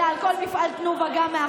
אלא גם על כל מפעל תנובה מאחור.